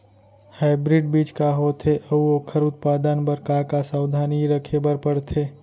Hybrid बीज का होथे अऊ ओखर उत्पादन बर का का सावधानी रखे बर परथे?